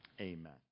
amen